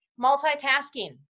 multitasking